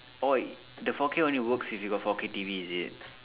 orh the four K only works if you got four K T_V is it